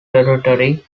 territory